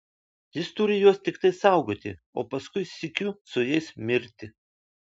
jis turi juos tiktai saugoti o paskui sykiu su jais mirti